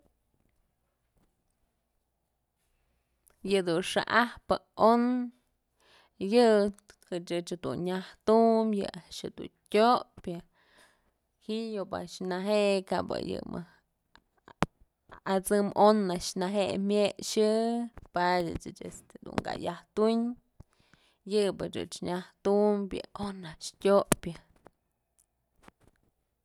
Yëdun xa'ajpë on yë ëch jëdun nyajtum yë a'ax jëdun tyopyë ji'i yob a'ax ne je'e kap yëmëjk at'sëm on a'ax nëjë'ë myëxë padyë ëch este ka yaj tuñ yëbëch ëch nyaj tumyë yë on a'ax tyopyë.